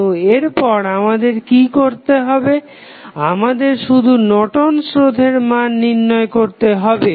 তো এরপর আমাদের কি করতে হবে আমাদের শুধু নর্টন'স রোধের Nortons resistance মান নির্ণয় করতে হবে